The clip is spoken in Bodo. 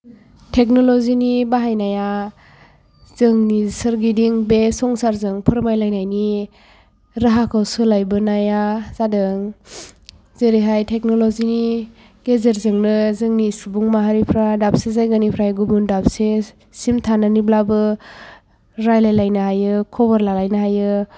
टेकन'ल'जि नि बाहायनाया जोंनि सोरगिदिं बे संसारजों फोरमायलायनायनि राहाखौ सोलायबोनाय जादों जेरैहाय टेकन'ल'जि नि गेजेरजोंनो जोंनि सुबुं माहारिफोरा दाबसे जायगानिफ्राय गुबुन दाबसेसिम थानानैब्लाबो रायज्लाय लायनो हायो ख'बर लालायनो हायो